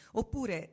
oppure